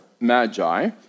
magi